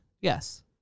Yes